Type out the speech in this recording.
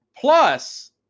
plus